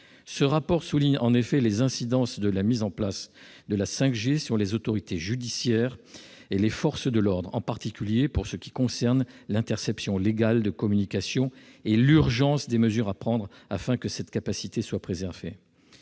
Ce rapport souligne en effet les incidences de la mise en place de la 5G sur les autorités judiciaires et les forces de l'ordre, en particulier pour ce qui concerne l'interception légale de communications et l'urgence des mesures à prendre afin que cette capacité soit préservée.